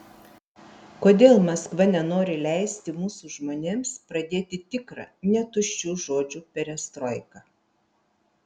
kodėl maskva nenori leisti mūsų žmonėms pradėti tikrą ne tuščių žodžių perestroiką